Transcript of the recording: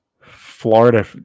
Florida